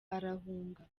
arahunga